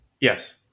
Yes